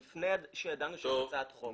וזה עוד לפני שידענו שיש הצעת חוק.